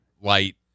light